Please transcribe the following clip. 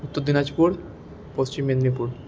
Uttar Dinajpur Paschim Medinipur